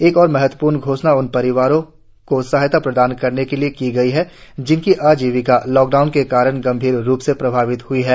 एक और महत्वपूर्ण घोषणा उन परिवारों को सहायता प्रदान करने के लिए की गई है जिनकी आजीविका लॉकडाउन के कारण गंभीर रूप से प्रभावित हई है